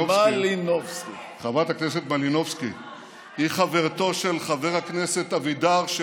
הכנסת מלינובסקי היא חברתו של חבר הכנסת אבידר,